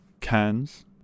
Cans